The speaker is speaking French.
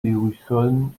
perrusson